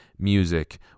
music